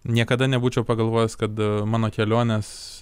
niekada nebūčiau pagalvojęs kad mano keliones